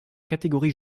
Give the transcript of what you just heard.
catégorie